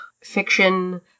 fiction